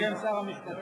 בשם שר המשפטים.